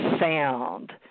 sound